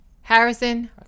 Harrison